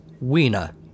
Weena